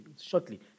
shortly